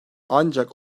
ancak